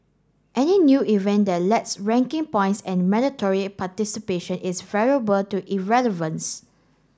any new event that lacks ranking points and mandatory participation is valuable to irrelevance